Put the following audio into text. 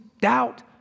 doubt